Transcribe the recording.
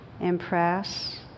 impress